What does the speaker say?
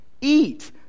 eat